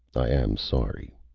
i am sorry.